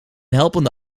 helpende